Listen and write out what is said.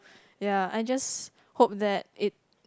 ya I just hope that it